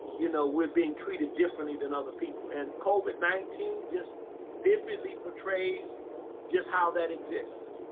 you know, we're being treated differently than other people. and covid nineteen just vividly portrays just how that exists.